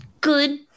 good